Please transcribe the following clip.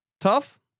Tough